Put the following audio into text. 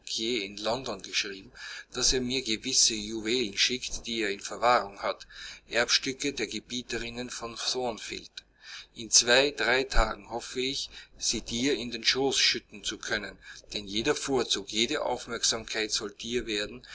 in london geschrieben daß er mir gewisse juwelen schickt die er in verwahrung hat erbstücke der gebieterinnen von thornfield in zwei drei tagen hoffe ich sie dir in den schoß schütten zu können denn jeder vorzug jede aufmerksamkeit soll dir werden